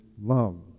love